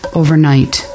overnight